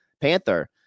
Panther